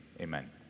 amen